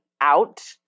out